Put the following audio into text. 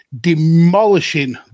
demolishing